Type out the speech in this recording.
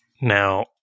Now